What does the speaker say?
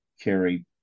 carry